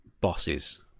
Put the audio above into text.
bosses